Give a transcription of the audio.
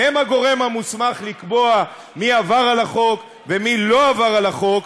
והם הגורם המוסמך לקבוע מי עבר על החוק ומי לא עבר על החוק,